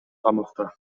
камакта